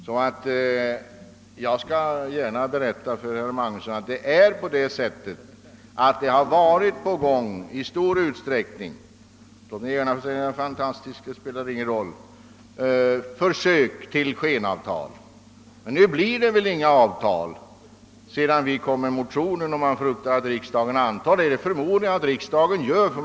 Jag skall därför gärna berätta för herr Magnusson att det i stor utsträckning — om det är »fantastiskt» eller inte spelar ingen roll — gjorts försök till skenavtal, men nu blir det inga skenavtal i och med motionen, ty jag förmodar att riksdagen bifaller den.